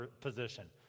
position